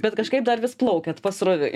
bet kažkaip dar vis plaukiat pasroviui